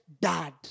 dad